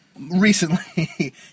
recently